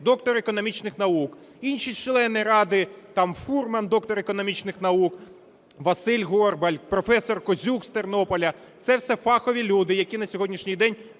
доктор економічних наук, інші члени ради, там Фурман, доктор економічних наук, Василь Горбаль, професор Козюк з Тернополя. Це всі фахові люди, які на сьогоднішній день,